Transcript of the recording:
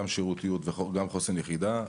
שירותיות וגם חוסן יחידה.